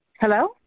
Hello